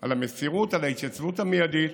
על המסירות, על ההתייצבות המיידית.